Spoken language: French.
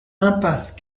impasse